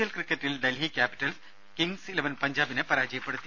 L ക്രിക്കറ്റിൽ Delhi Capitals Kings Eleven പഞ്ചാബിനെ പരാജയപ്പെടുത്തി